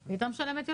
היא הייתה משלמת יותר.